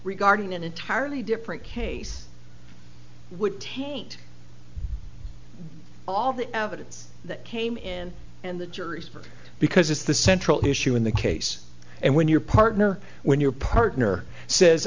regarding an entirely different case would taint all the evidence that came in and the jury's verdict because it's the central issue in the case and when your partner when your partner says